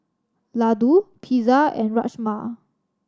Ladoo Pizza and Rajma